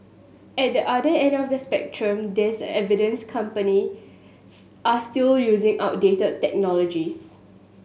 at the other end of the spectrum there's evidence company are still using outdated technologies